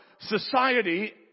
society